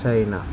China